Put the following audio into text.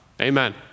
Amen